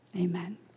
Amen